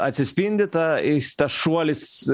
atsispindi tas i tas šuolis